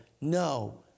no